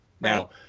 Now